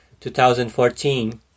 2014